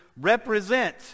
represent